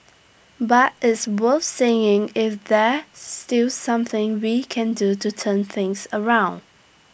but it's worth saying if that still something we can do to turn things around